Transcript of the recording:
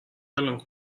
الان